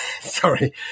Sorry